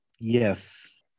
Yes